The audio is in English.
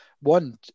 One